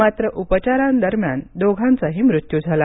मात्र उपचारांदरम्यान दोघांचाही मृत्यू झाला